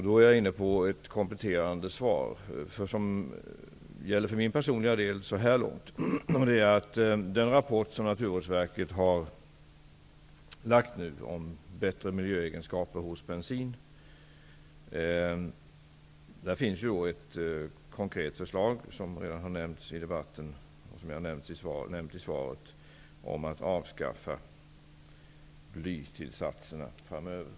Då är jag inne på ett kompletterande svar som så här långt gäller för mig personligen, nämligen: I den rapport som Naturvårdsverket har lagt fram och som gäller bättre miljöegenskaper hos bensin finns det ett konkret förslag, som redan har nämnts i debatten och som jag också nämnt i svaret, om att avskaffa blytillsatserna framöver.